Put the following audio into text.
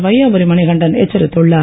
வையாபுரி மணிகண்டன் எச்சரித்துள்ளார்